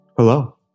Hello